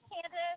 Candace